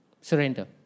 Surrender